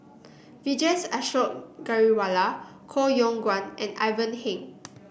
Vijesh Ashok Ghariwala Koh Yong Guan and Ivan Heng